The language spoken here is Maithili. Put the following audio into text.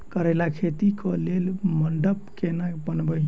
करेला खेती कऽ लेल मंडप केना बनैबे?